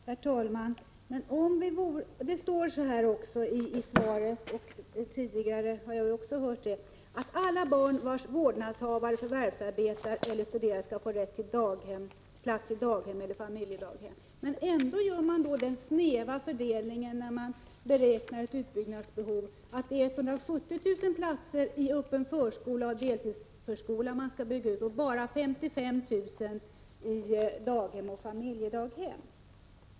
Herr talman! Det står så här i svaret, och även tidigare har jag hört det. Alla barn vilkas vårdnadshavare förvärvsarbetar eller studerar skall få rätt till plats i daghem eller familjedaghem. Ändå gör man den snäva fördelningen när man beräknar ett utbyggnadsbehov, att det är 170 000 platser i öppen förskola och deltidsförskola man skall bygga ut och bara 55 000 platser i daghem och familjedaghem.